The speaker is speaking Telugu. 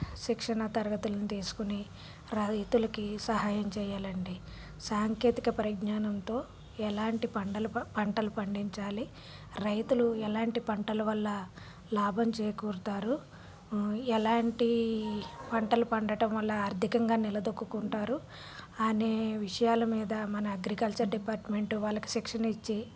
శిక్షణ తరగతులని తీసుకుని రా రైతులకి సహాయం చేయాలండి సాంకేతిక పరిజ్ఞానంతో ఎలాంటి పంటలు ప పంటలు పండించాలి రైతులు ఎలాంటి పంటల వల్ల లాభం చేకూరుతారు ఎలాంటి పంటలు పండటం వల్ల ఆర్థికంగా నిలదొక్కుకుంటారు అనే విషయాల మీద మన అగ్రికల్చర్ డిపార్ట్మెంట్ వాళ్ళకి శిక్షణ ఇచ్చి